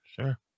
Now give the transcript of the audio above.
Sure